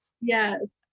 Yes